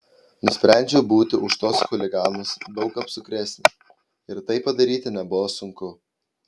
nusprendžiau būti už tuos chuliganus daug apsukresnė ir tai padaryti nebuvo sunku